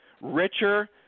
richer